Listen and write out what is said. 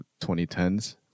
2010s